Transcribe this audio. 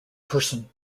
person